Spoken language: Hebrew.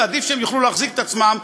ועדיף שהם יוכלו להחזיק את עצמם,